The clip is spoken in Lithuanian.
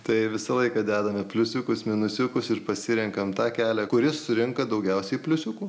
tai visą laiką dedame pliusiukus minusiukus ir pasirenkam tą kelią kuris surenka daugiausiai pliusiukų